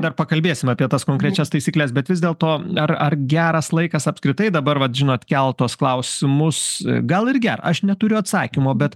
dar pakalbėsim apie tas konkrečias taisykles bet vis dėlto ar ar geras laikas apskritai dabar vat žinot kelt tuos klausimus gal irgi aš neturiu atsakymo bet